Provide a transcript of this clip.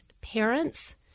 parents